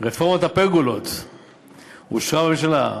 רפורמת הפרגולות אושרה בראשונה.